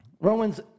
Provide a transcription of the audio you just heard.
Romans